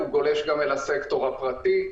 אלא הוא גולש גם לסקטור הפרטי.